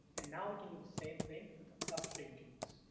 and now we can do the same thing for the upstream genes.